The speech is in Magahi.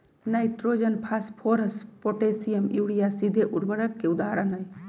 नाइट्रोजन, फास्फोरस, पोटेशियम, यूरिया सीधे उर्वरक के उदाहरण हई